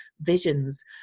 visions